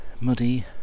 muddy